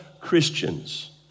Christians